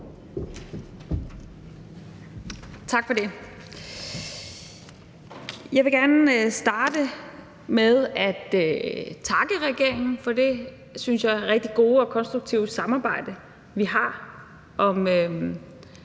Tak for det. Jeg vil gerne starte med at takke regeringen for det, synes jeg, rigtig gode og konstruktive samarbejde, vi har